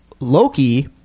Loki